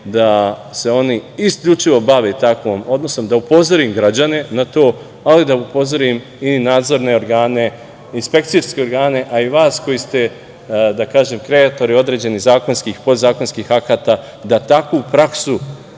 da se oni isključivo bave takvim, odnosno da upozorim građane na to, ali da upozorim i nadzorne organe, inspekcijske organe, a i vas koji ste kreatori određenih zakonskih, podzakonskih akata, da takvu praksu